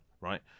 right